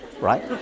right